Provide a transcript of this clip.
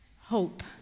hope